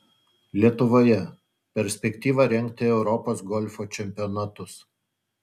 lietuvoje perspektyva rengti europos golfo čempionatus